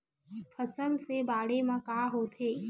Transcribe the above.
फसल से बाढ़े म का होथे?